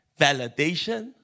validation